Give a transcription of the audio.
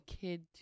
kid